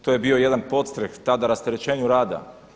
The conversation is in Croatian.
To je bio jedan podstrijeh tada rasterećenju rada.